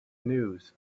news